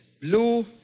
blue